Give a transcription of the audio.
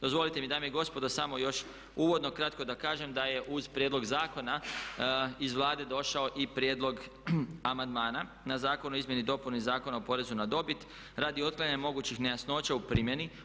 Dozvolite mi dame i gospodo samo još uvodno kratko da kažem da je uz prijedlog zakona iz Vlade došao i prijedlog amandmana na Zakon o izmjeni i dopuni Zakona o porezu na dobit radi otklanjanja mogućih nejasnoća u primjeni.